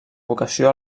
vocació